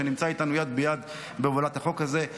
שנמצא איתנו יד ביד בהובלת החוק הזה.